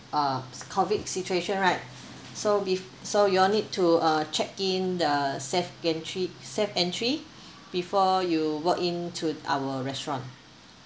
uh COVID situation right so be~ so you all need to uh check in the safe gantry SafeEntry before you walk in to our restaurant